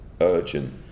urgent